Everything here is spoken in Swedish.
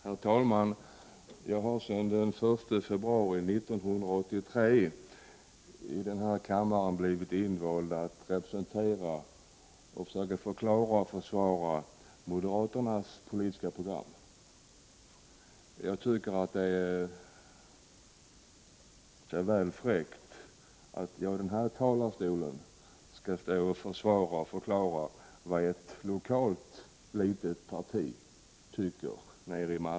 Herr talman! Jag har sedan den 1 februari 1983 varit vald för att representera och försöka förklara och försvara moderaternas politiska program. Jag tycker att det är väl fräckt att begära att jag från denna talarstol skall förklara och försvara vad ett litet lokalt parti i Malmö tycker.